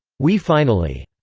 we finally.